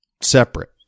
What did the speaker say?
separate